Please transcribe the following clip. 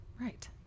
Right